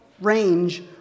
range